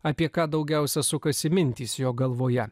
apie ką daugiausiai sukasi mintys jo galvoje